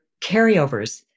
carryovers